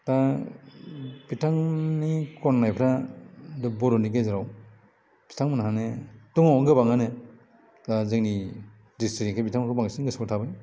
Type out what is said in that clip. दा बिथांनि खननायफ्रा बर'नि गेजेराव बिथांमोनहानो दङ गोबाङानो दा जोंनि दिस्ट्रिक्तनिखाय बिथांमोनखौ बांसिन गोसोआव थाबाय